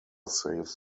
saves